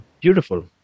Beautiful